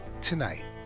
Tonight